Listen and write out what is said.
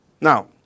Now